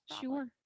Sure